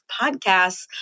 podcasts